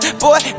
boy